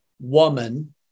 woman